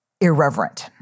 irreverent